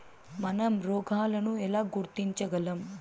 మనం రోగాలను ఎలా గుర్తించగలం?